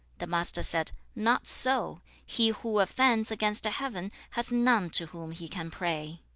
the master said, not so. he who offends against heaven has none to whom he can pray